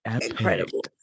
incredible